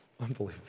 Unbelievable